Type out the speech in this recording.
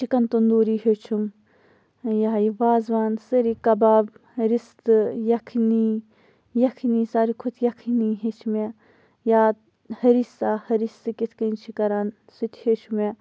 chicken tandoori ہیوٚچھُم یہِ ہہَ یہِ وازوان سٲری کَباب رِستہٕ یَکھنی یَکھنی ساروی کھۄتہٕ یَکھنی ہیٚچھۍ مےٚ یا ہریسا ہرسہٕ کِتھ کنۍ چھِ کَران سُہ تہٕ ہیٚوچھ مےٚ